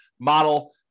model